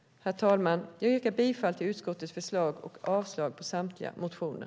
Herr talman! Jag yrkar bifall till utskottets förslag och avslag på samtliga motioner.